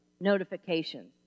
notifications